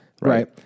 Right